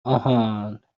آهان